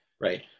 right